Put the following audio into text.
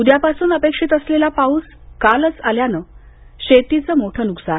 उद्यासून अपेक्षित असलेला पाऊस कालच आल्यानं शेतीचं मोठं नुकसान